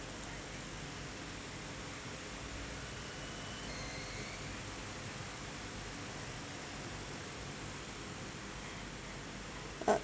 uh